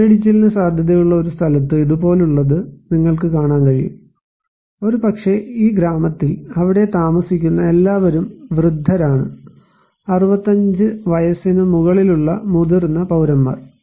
മണ്ണിടിച്ചിലിന് സാധ്യതയുള്ള ഒരു സ്ഥലത്ത് ഇതുപോലുള്ളത് നിങ്ങൾക്ക് കാണാൻ കഴിയും ഒരുപക്ഷേ ഈ ഗ്രാമത്തിൽ അവിടെ താമസിക്കുന്ന എല്ലാവരും വൃദ്ധരാണ് 65 വയസ്സിനു മുകളിലുള്ള മുതിർന്ന പൌരന്മാർ